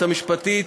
היועצת המשפטית,